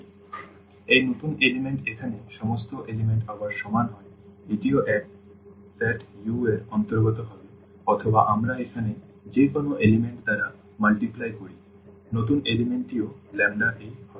সুতরাং এই নতুন উপাদান এখানে সমস্ত উপাদান আবার সমান হয় এটিও একই সেট U এর অন্তর্গত হবে অথবা আমরা এখানে যে কোনও উপাদান দ্বারা গুণ করি নতুন উপাদানটিও λa হবে